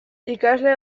ikasle